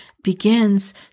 begins